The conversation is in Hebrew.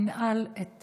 ינעל את